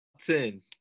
ten